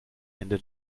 ende